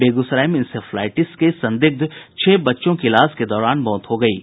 बेगूसराय में इंसेफ्लाईटिस के संदिग्ध छह बच्चों की इलाज के दौरान मौत हो गयी है